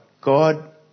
God